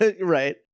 right